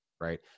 right